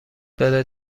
بره